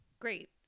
great